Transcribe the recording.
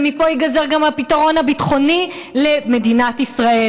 ומפה ייגזר גם הפתרון הביטחוני למדינת ישראל.